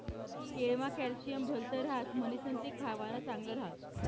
केळमा कॅल्शियम भलत ह्रास म्हणीसण ते खावानं चांगल ह्रास